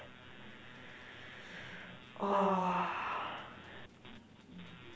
!aww!